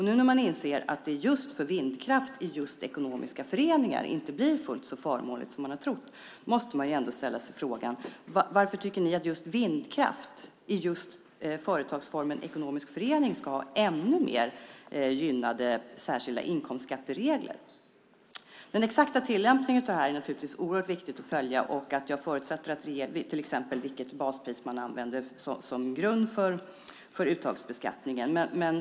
Nu när ni inser att det för vindkraft i ekonomiska föreningar inte blir fullt så förmånligt som ni har trott måste vi ändå ställa oss frågan varför ni tycker att just vindkraft i företagsformen ekonomisk förening ska ha ännu fler särskilt gynnade inkomstskatteregler. Den exakta tillämpningen av detta är naturligtvis oerhört viktig att följa, till exempel vilket baspris man använder som grund för uttagsbeskattningen.